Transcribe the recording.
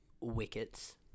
Wickets